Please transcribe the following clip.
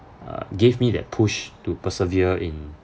uh gave me that push to persevere in